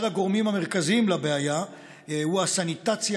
אחד הגורמים המרכזיים לבעיה הוא הסניטציה